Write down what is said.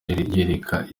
yereka